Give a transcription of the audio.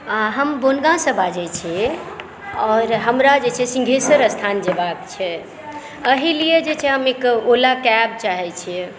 आ हम बनगाँवसँ बाजै छी आओर हमरा जे छै सिंघेश्वर स्थान जएबाक छै एहि लिए जे छै हम एक ओला कैब चाहै छियै